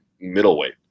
middleweight